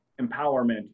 empowerment